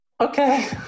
Okay